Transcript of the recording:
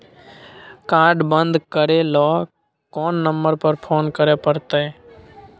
Card बन्द करे ल कोन नंबर पर फोन करे परतै?